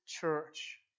church